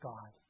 God